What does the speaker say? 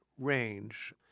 range